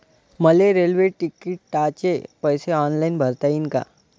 मले रेल्वे तिकिटाचे पैसे ऑनलाईन भरता येईन का?